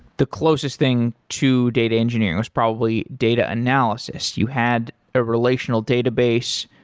the closest thing to data engineering was probably data analysis. you had a relational database.